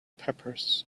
peppers